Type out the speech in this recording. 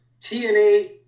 TNA